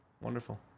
wonderful